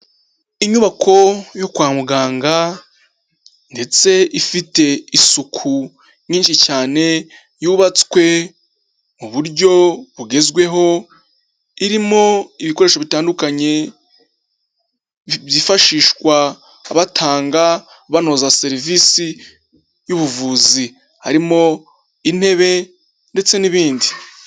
Inyubako yo kwa muganga ndetse ifite isuku nyinshi cyane, yubatswe mu buryo bugezweho, irimo ibikoresho bitandukanye, byifashishwa batanga, banoza serivisi y'ubuvuzi. Harimo intebe ndetse n'ibindi.